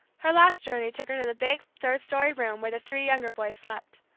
her last journey took her to the big, third-story room where the three younger boys slept.